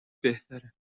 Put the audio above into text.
بهتره